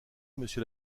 monsieur